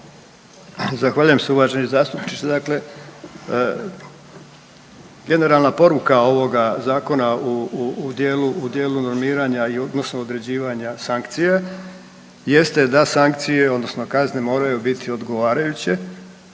Zahvaljujem se uvaženi zastupniče. Dakle, generalna poruka ovoga zakona u dijelu normiranja odnosno određivanja sankcije jeste da sankcije odnosno kazne moraju biti odgovarajuće